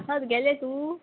खद गेले तूं